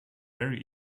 very